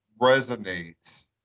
resonates